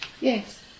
yes